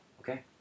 Okay